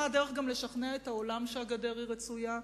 מה הדרך לשכנע את העולם שהגדר היא רצויה?